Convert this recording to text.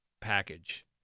package